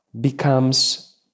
becomes